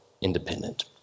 independent